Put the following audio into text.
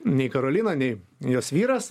nei karolina nei jos vyras